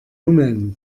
hummeln